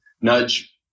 nudge